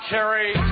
Kerry